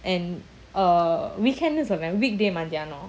and uh weekend சொன்னேன்:sonnen weekday மத்தியானம்:mathiyanam